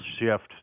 shift